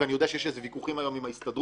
ואני יודע שיש ויכוחים היום עם ההסתדרות.